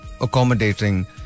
accommodating